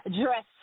Dress